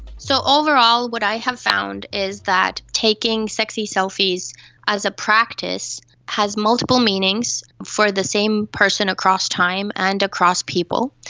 so overall what i have found is that taking sexy selfies as a practice has multiple meanings for the same person across time and across people.